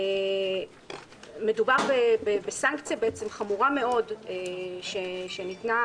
מדובר בסנקציה חמורה מאוד שניתנה